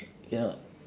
cannot